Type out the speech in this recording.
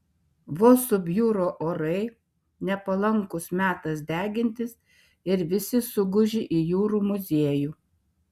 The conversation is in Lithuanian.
vos subjuro orai nepalankus metas degintis ir visi suguži į jūrų muziejų